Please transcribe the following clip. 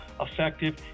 effective